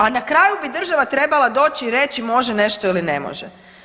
A na kraju bi država trebala doći i reći može nešto ili ne može.